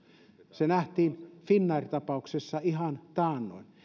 se nähtiin finnair tapauksessa ihan taannoin